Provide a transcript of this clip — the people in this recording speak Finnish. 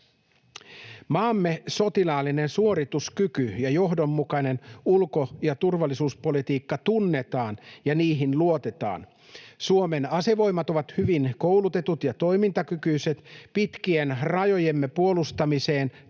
Maamme sotilaallinen suorituskyky ja johdonmukainen ulko- ja turvallisuuspolitiikka tunnetaan ja niihin luotetaan. Suomen asevoimat ovat hyvin koulutetut ja toimintakykyiset, pitkien rajojemme puolustamiseen tarvittava